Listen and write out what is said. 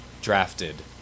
drafted